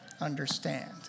understand